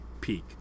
peak